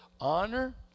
honor